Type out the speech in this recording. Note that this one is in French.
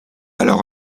alors